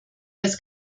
als